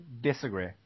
disagree